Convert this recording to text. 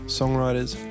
songwriters